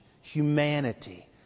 humanity